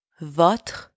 votre